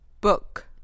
Book